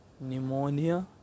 pneumonia